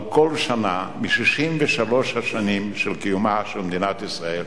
על כל שנה מ-63 שנות קיומה של מדינת ישראל